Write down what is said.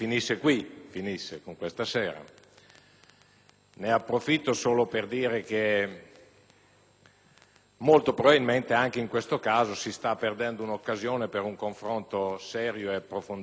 Ne approfitto solo per dire che molto probabilmente anche in questo caso si sta perdendo un'occasione per un confronto serio e approfondito sulla situazione del Paese.